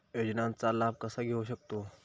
योजनांचा लाभ कसा घेऊ शकतू?